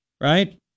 right